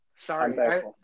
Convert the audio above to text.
Sorry